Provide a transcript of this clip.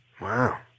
Wow